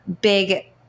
big